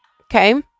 Okay